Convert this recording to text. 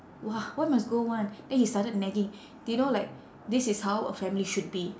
!wah! why must go [one] then he started nagging do you know like this is how a family should be